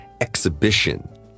exhibition